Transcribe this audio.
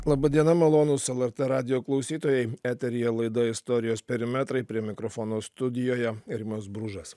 laba diena malonūs el er tė radijo klausytojai eteryje laida istorijos perimetrai prie mikrofono studijoje rimas bružas